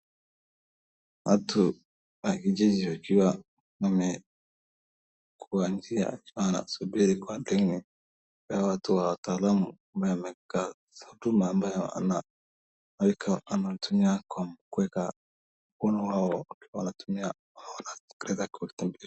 Watu wa kijiji wakiwa wamekuwa njia wanasubiri kwa dhini, hawa watu wa wataalamu wamekaa huduma ambayo wamekaa wanatumia kwa kuweka mkono wao wakiwa wanatumia wanapeleka kwa.